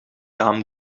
raam